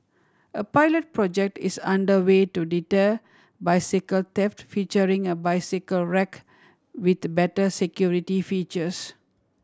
a pilot project is under way to deter bicycle theft featuring a bicycle rack with better security features